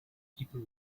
people